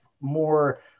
more